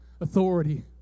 authority